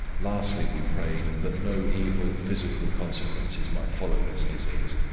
lastly we prayed, that no evil physical consequences might follow this disease,